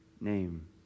name